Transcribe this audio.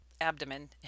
abdomen